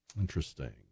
Interesting